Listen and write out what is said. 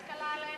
יד קלה על ההדק.